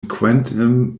quantum